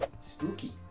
Spooky